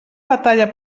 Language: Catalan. batalla